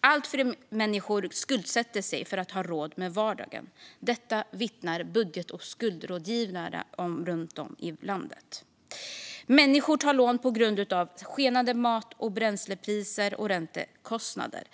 Allt fler människor skuldsätter sig för att ha råd med vardagen. Detta vittnar budget och skuldrådgivare om runt om i landet. Människor tar lån på grund av skenande mat och bränslepriser och räntekostnader.